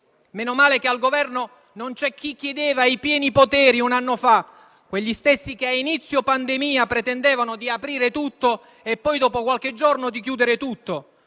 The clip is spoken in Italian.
Meno male che al Governo non c'è chi, un anno fa, chiedeva i pieni poteri, che sono gli stessi che a inizio pandemia pretendevano di aprire tutto e poi, dopo qualche giorno, di chiudere tutto.